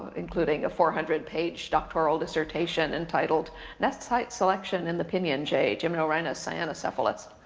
including a four hundred page doctoral dissertation entitled nest site selection in the pinyon jay, gymnorhinus cyanocephalus.